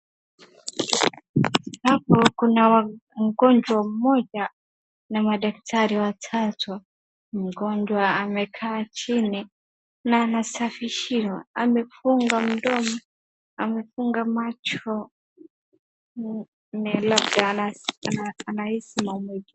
Hapa kuna mgonjwa mmoja na madaktari watatu. Mgonjwa amekaa chini na anasafishiwa. Amefunga mdomo, amefunga macho labda anahisi maumivu.